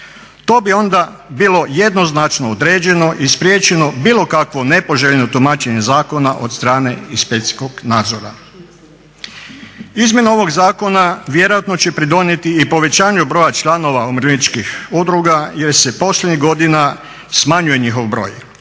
To bi onda bilo jednoznačno određeno i spriječeno bilo kakvo nepoželjno tumačenje zakona od strane inspekcijskog nadzora. Izmjena ovog zakona vjerojatno će pridonijeti i povećanju broja članova umirovljeničkih udruga jer se posljednjih godina smanjuje njihov broj.